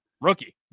rookie